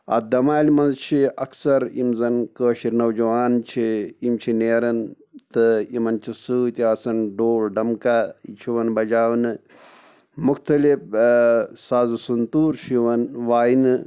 اَتھ دَمالہِ منٛز چھِ اَکثر یِم زَن کٲشِرۍ نَوجوان چھِ یِم چھِ نیران تہٕ یِمَن چھِ سۭتۍ آسان ڈول ڈَمکا یہِ چھُ یِوان بَجاونہٕ مختلِف سازو سنتوٗر چھُ یِوان واینہٕ